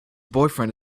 boyfriend